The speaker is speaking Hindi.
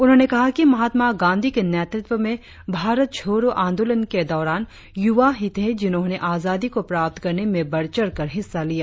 उन्होंने कहा कि महात्मा गांधी के नेतृत्व में भारत छोड़ो आंदोलन के दौरान युवा ही थे जिन्होंने आजादी को प्राप्त करने में बढ़ चढ़ कर हिस्सा लिया